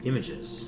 Images